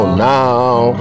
now